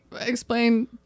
explain